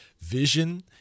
Vision